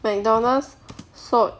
mcdonald's sold